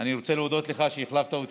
אני רוצה להודות לך על שהחלפת אותי.